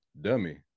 dummy